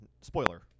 Spoiler